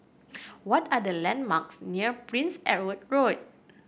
what are the landmarks near Prince Edward Road